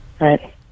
Right